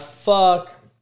fuck